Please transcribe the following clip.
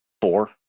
four